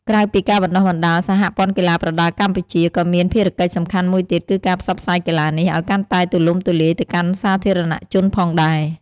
ក្រៅពីការបណ្តុះបណ្តាល សហព័ន្ធកីឡាប្រដាល់កម្ពុជា ក៏មានភារកិច្ចសំខាន់មួយទៀតគឺការផ្សព្វផ្សាយកីឡានេះឲ្យកាន់តែទូលំទូលាយទៅកាន់សាធារណជនផងដែរ។